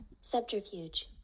Subterfuge